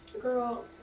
Girl